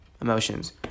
emotions